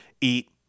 eat